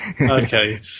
Okay